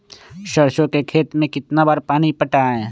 सरसों के खेत मे कितना बार पानी पटाये?